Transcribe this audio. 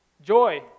joy